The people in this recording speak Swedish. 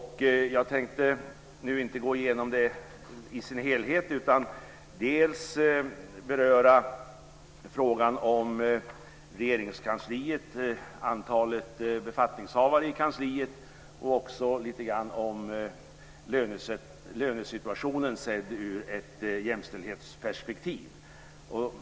Jag tänkte inte gå igenom det i dess helhet utan beröra frågan om antalet befattningshavare i Regeringskansliet och även nämna lite grann om lönesituationen sedd ur ett jämställdhetsperspektiv.